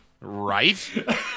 Right